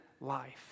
life